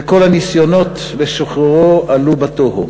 וכל הניסיונות לשחררו עלו בתוהו.